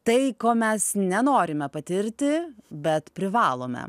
tai ko mes nenorime patirti bet privalome